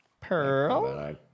Pearl